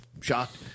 shocked